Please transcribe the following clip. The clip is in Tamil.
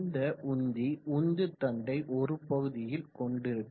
இந்த உந்தி உந்து தண்டை ஒரு பகுதியில் கொண்டிருக்கும்